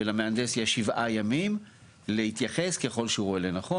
ולמהנדס יש שבעה ימים להתייחס ככל שהוא רואה לנכון,